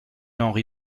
henri